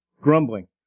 grumbling